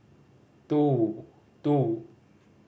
two two